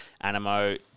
Animo